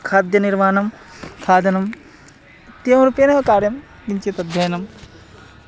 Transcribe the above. खाद्यनिर्माणं खादनम् इत्येवंरूपेण कार्यं किञ्चित् अध्ययनं